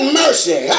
mercy